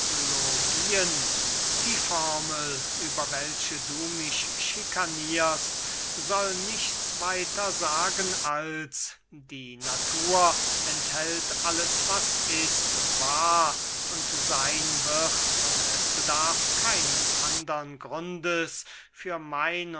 die formel über welche du mich schikanierst soll nichts weiter sagen als die natur enthält alles was ist war und seyn wird und es bedarf keines andern grundes für mein